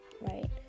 right